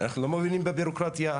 אנחנו לא מאמינים בביורוקרטיה,